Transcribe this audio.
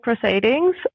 proceedings